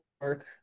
work